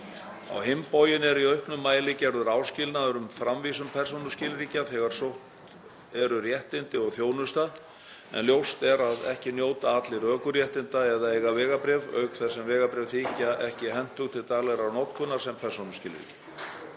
Á hinn bóginn er í auknum mæli gerður áskilnaður um framvísun persónuskilríkja þegar sótt eru réttindi og þjónusta, en ljóst er að ekki njóta allir ökuréttinda eða eiga vegabréf, auk þess sem vegabréf þykja ekki hentug til daglegrar notkunar sem persónuskilríki.